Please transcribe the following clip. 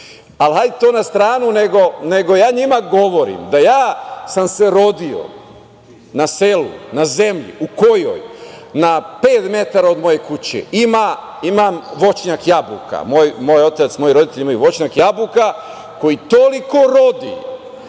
hajde to na stranu, nego ja njima govorim da sam se ja rodio na selu, na zemlji, u kojoj na pet metara od moje kuće imam voćnjak jabuka. Moj otac, moji roditelji imaju voćnjak jabuka, koji toliko rodi